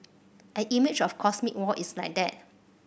an image of cosmic war is like that